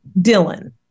Dylan